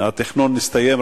התכנון מסתיים,